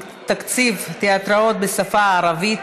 תקציב תיאטראות בשפה הערבית),